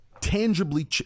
tangibly